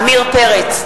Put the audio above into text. עמיר פרץ,